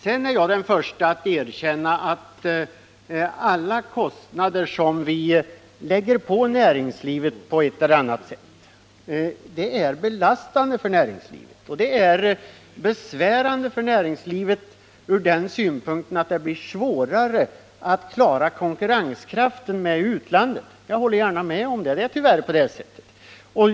Jag är den förste att erkänna att alla kostnader som vi lägger på näringslivet på ett eller annat sätt är belastande för näringslivet och besvärande ur den synpunkten att det blir svårare att klara konkurrensen med utlandet. Det är tyvärr på det sättet. Jag håller gärna med om det.